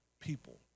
people